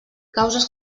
causes